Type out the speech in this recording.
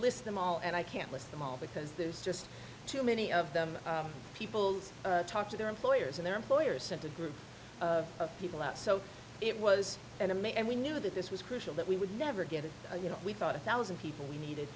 list them all and i can't list them all because there's just too many of them people talk to their employers and their employer sent a group of people out so it was and i'm a and we knew that this was crucial that we would never get a you know we thought a thousand people we need